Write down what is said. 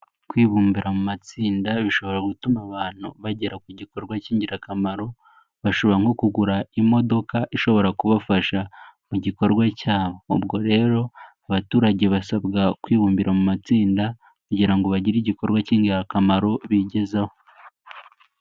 Kwibumbira mu matsinda bishobora gutuma abantu bagera ku gikorwa k'ingirakamaro bashobora nko kugura imodoka ishobora kubafasha mu gikorwa cyabo ubwo rero abaturage basabwa kwibumbira mu matsinda kugira ngo bagire igikorwa k'ingirakamaro bigezaho.